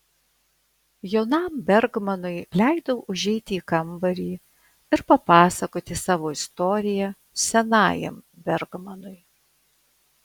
jaunam bergmanui leidau užeiti į kambarį ir papasakoti savo istoriją senajam bergmanui